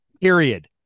Period